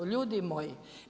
Ljudi moji!